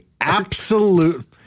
Absolute